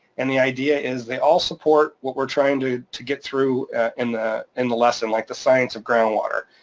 and the idea is they all support what we're trying to to get through in the and the lesson, like the science of groundwater.